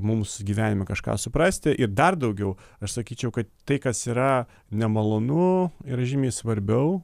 mums gyvenime kažką suprasti ir dar daugiau aš sakyčiau kad tai kas yra nemalonu yra žymiai svarbiau